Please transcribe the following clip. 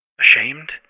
Ashamed